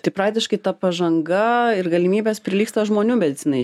tai praktiškai ta pažanga ir galimybės prilygsta žmonių medicinai